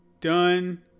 done